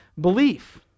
belief